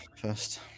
first